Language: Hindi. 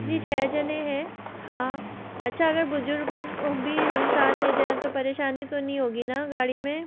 जी छः जन हैं हाँ अच्छा अगर बुज़ुर्ग को भी हम साथ ले जाएं तो परेशानी तो नहीं होगी ना गाड़ी में